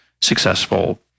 successful